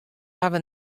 hawwe